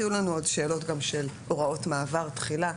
יהיו לנו עוד שאלות גם של הוראות מעבר (תחילה).